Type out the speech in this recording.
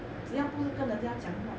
只要不是跟人家讲话